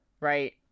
right